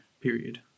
period